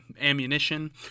ammunition